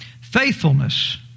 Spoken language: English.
Faithfulness